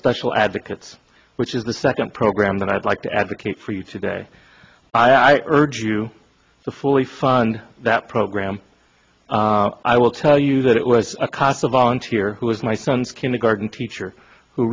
special advocates which is the second program that i'd like to advocate for you today i urge you to fully fund that program i will tell you that it was a casa volunteer who was my son's kindergarten teacher who